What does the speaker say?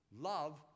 love